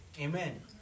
Amen